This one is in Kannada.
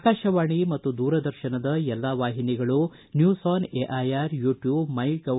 ಆಕಾಶವಾಣಿ ಮತ್ತು ದೂರದರ್ಶನದ ಎಲ್ಲಾ ವಾಹಿನಿಗಳು news on A I R YouTube my gov